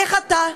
איך אתה,